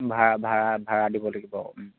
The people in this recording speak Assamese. ভাড়া ভাড়া ভাড়া দিব লাগিব